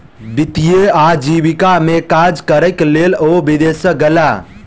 वित्तीय आजीविका में काज करैक लेल ओ विदेश गेला